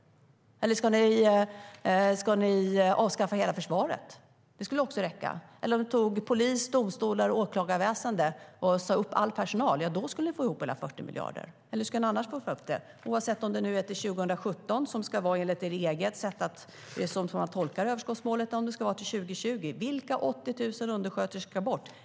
Eller ska ni avskaffa hela försvaret? Det skulle också räcka. Om ni tog polis, domstolar och åklagarväsen och sa upp all personal skulle ni få ihop era 40 miljarder. Hur ska ni annars få ihop det, oavsett om det nu är till 2017 som man tolkar överskottsmålet eller till 2020? Vilka 80 000 undersköterskor ska bort?